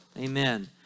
Amen